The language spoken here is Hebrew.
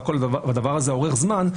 והדבר הזה אורך זמן,